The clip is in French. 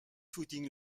footing